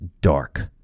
dark